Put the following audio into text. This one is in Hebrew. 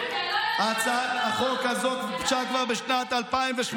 הצעת החוק הזאת הוגשה כבר בשנת 2018,